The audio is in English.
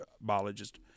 biologist